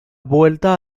vuelta